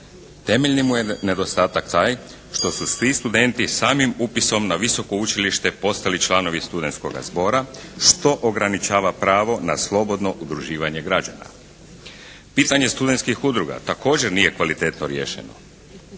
Temeljni mi je nedostatak taj što su svi studenti samim upisom na visoko učilište postali članovi studenskoga zbora, što ograničava pravo na slobodno udruživanje građana. Pitanje studenskih udruga također nije kvalitetno riješeno.